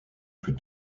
plus